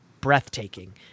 breathtaking